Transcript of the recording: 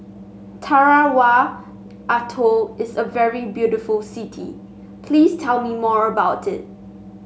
Tarawa Atoll is a very beautiful city please tell me more about it